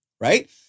right